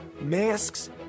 Masks